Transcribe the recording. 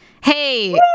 Hey